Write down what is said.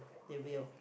they will